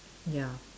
ya